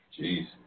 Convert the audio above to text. Jeez